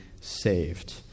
saved